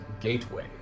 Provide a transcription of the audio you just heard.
gateway